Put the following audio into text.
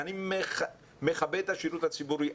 אני מכבד את השירות הציבורי.